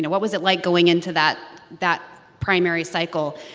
and what was it like going into that that primary cycle?